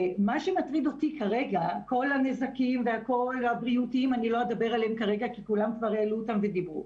על הנזקים הבריאותיים לא אדבר כי כולם כבר העלו אותם ודיברו,